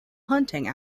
hunting